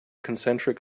concentric